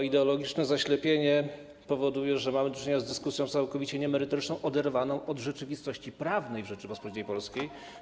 To ideologiczne zaślepienie powoduje, że mamy do czynienia z dyskusją całkowicie niemerytoryczną, oderwaną od rzeczywistości prawnej Rzeczypospolitej Polskiej.